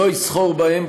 לא יסחור בהם,